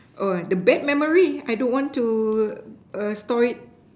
oh the bad memory I don't want to err store it